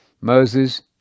Moses